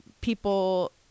people